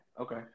Okay